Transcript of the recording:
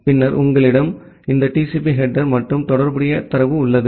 பின்னர் உங்களிடம் இந்த TCP ஹெடேர் மற்றும் தொடர்புடைய தரவு உள்ளது